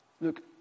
look